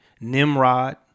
Nimrod